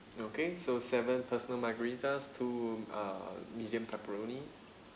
okay so seven personal margherita two uh medium pepperoni